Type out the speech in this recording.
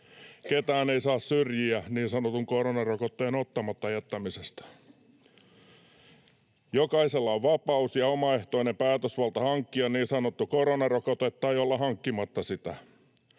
Ketään ei saa syrjiä niin sanotun koronarokotteen ottamatta jättämisestä. Jokaisella on vapaus ja omaehtoinen päätösvalta hankkia niin sanottu koronarokote tai olla hankkimatta sitä.